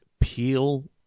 peel